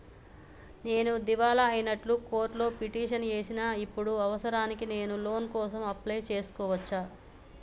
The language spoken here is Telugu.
నేను దివాలా అయినట్లు కోర్టులో పిటిషన్ ఏశిన ఇప్పుడు అవసరానికి నేను లోన్ కోసం అప్లయ్ చేస్కోవచ్చా?